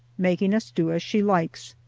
making us do as she likes,